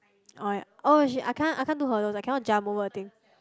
oh y~ oh she I can't I can't do hurdles I cannot jump over the thing